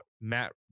matt